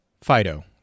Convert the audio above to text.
Fido